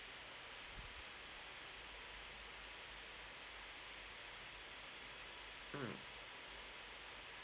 mm